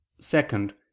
Second